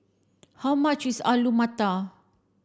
How much is Alu Matar